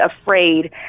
afraid